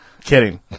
Kidding